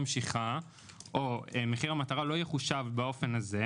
להיות לממשלה בהיוועצות עם הכנסת ולא כל מיני סקרי ועדות כאלה.